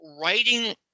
writing